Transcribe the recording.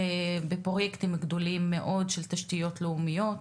בפרוייקטים גדולים מאוד של תשתיות לאומיות.